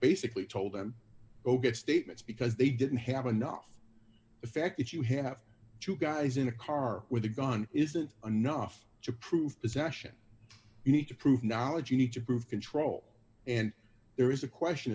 basically told them oh get statements because they didn't have enough the fact that you have two guys in a car with a gun isn't enough to prove possession you need to prove knowledge each approved control and there is a question